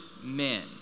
men